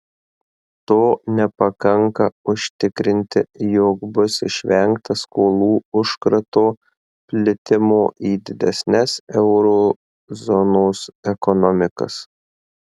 to nepakanka užtikrinti jog bus išvengta skolų užkrato plitimo į didesnes euro zonos ekonomikas